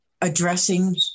addressing